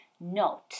Note